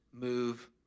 move